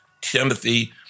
Timothy